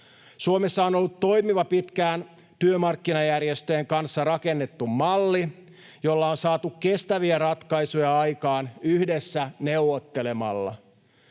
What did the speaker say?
Suomessa on ollut toimiva, pitkään työmarkkinajärjestöjen kanssa rakennettu malli, jolla on saatu kestäviä ratkaisuja aikaan yhdessä neuvottelemalla.